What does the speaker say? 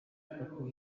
kuko